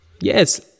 Yes